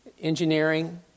engineering